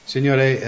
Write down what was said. Signore